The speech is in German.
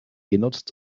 genutzt